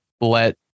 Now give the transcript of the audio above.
let